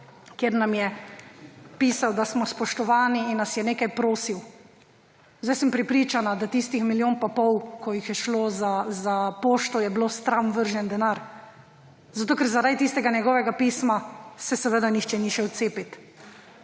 kjer nam je pisal, da smo spoštovani in nas je nekaj prosil. Sedaj sem prepričana, da milijon pa pol, kolikor je šlo za pošto, je bil stran vržen denar, ker zaradi tistega njegovega pisma se nihče ni šel cepit.